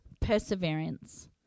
perseverance